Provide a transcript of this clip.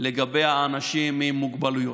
לגבי אנשים עם מוגבלויות,